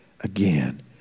again